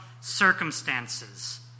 circumstances